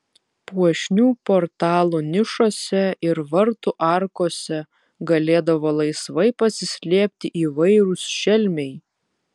puošnių portalų nišose ir vartų arkose galėdavo laisvai pasislėpti įvairūs šelmiai